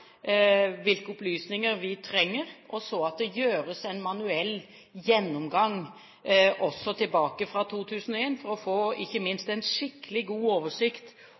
hvilke opplysninger vi trenger. Så må det gjøres en manuell gjennomgang, også tilbake fra 2001, ikke minst for å få en skikkelig god oversikt